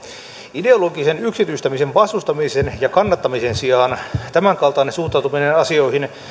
ideologisen yksityistämisen vastustamisen ja kannattamisen sijaan tämän kaltainen suhtautuminen asioihin